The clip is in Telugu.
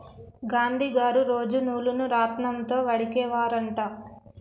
గాంధీ గారు రోజు నూలును రాట్నం తో వడికే వారు అంట